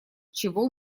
чего